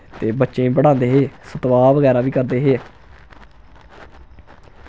ते बच्चें गी पढ़ांदे हे सतवाह् बगैरा बी करदे हे